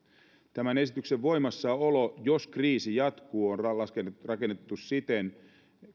tämän esityksen voimassaolo jos kriisi jatkuu on rakennettu siten